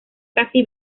casi